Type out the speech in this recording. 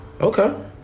Okay